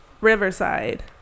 Riverside